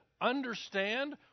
understand